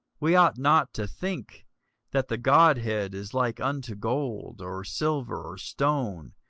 we ought not to think that the godhead is like unto gold, or silver, or stone,